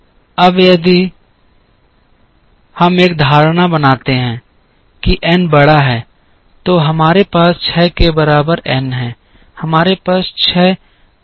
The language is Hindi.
अब यदि हम एक धारणा बनाते हैं कि n बड़ा है तो हमारे पास 6 के बराबर n है हमारे पास 6 मांग बिंदु हैं